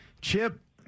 Chip